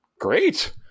Great